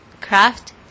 craft